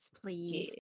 please